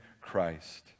Christ